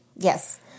Yes